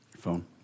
phone